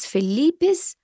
Felipe's